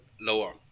lower